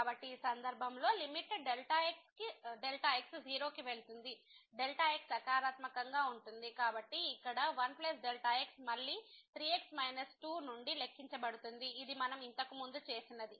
కాబట్టి ఈ సందర్భంలో లిమిట్ x→0 x సకారాత్మకంగా ఉంటుంది కాబట్టి ఇక్కడ 1 x మళ్ళీ 3x 2 నుండి లెక్కించబడుతుంది ఇది మనం ఇంతకుముందు చేసినది